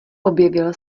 objevil